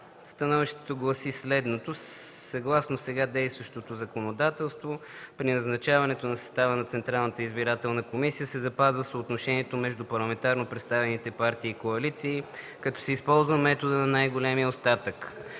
Становището гласи: „Съгласно сега действащото законодателство при назначаването на състава на Централната избирателна комисия се запазва съотношението между парламентарно представените партии и коалиции, като се използва методът на най-големия остатък.